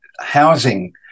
housing